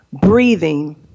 breathing